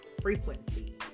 frequency